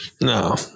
No